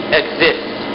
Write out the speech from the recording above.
exists